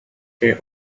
they